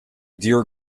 dear